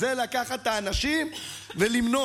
זה לקחת את האנשים ולמנוע.